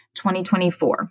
2024